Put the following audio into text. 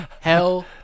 Hell